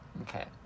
okay